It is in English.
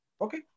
okay